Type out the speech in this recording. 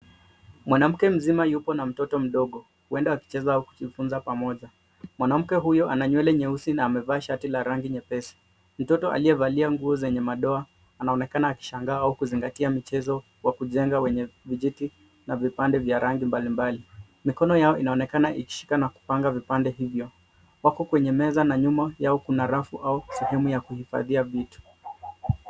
Mwanamke mzima yupo na mtoto mdogo, huenda wakicheza au kujifunza pamoja. Mwanamke huyo ana nywele nyeusi na amevaa shati la rangi nyepesi. Mtoto aliyevalia nguo zenye madoa, anaonekana akishangaa au kuzingatia michezo wa kujenga wenye vijiti na vipande vya rangi mbali mbali. Mikono yao inaonekana ikishika na kupanga vipande hivyo. Wako kwenye meza na nyuma yao kuna, rafu au sehemu ya kuhifadhia vitu.